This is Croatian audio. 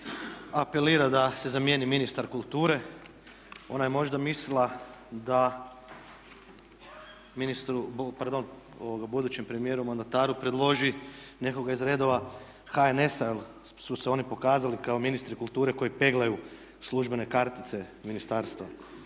apelira da se zamijeni ministar kulture. Ona je možda mislila da ministru, pardon budućem premijeru mandataru predloži nekoga iz redova HNS-a jer su se oni pokazali kao ministri kulture koji peglaju službene kartice ministarstva.